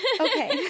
Okay